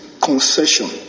concession